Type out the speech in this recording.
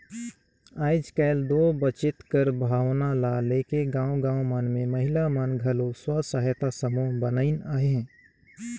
आएज काएल दो बचेत कर भावना ल लेके गाँव गाँव मन में महिला मन घलो स्व सहायता समूह बनाइन अहें